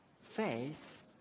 faith